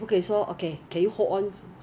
ya usually from Taobao so some